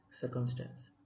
circumstance